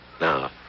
Now